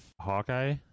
Hawkeye